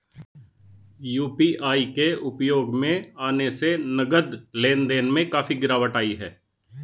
UPI के उपयोग में आने से नगद लेन देन में काफी गिरावट आई हैं